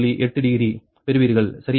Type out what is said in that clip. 8 degree பெறுவீர்கள் சரியா